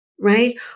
right